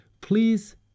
please